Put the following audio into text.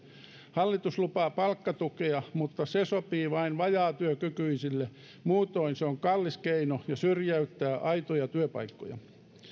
hallitus lupaa palkkatukea mutta se sopii vain vajaatyökykyisille muutoin se on kallis keino ja syrjäyttää aitoja työpaikkoja